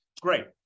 Great